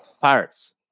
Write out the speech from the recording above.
Pirates